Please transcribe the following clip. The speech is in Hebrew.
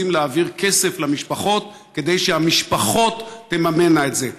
רוצים להעביר כסף למשפחות כדי שהמשפחות תממנה את זה.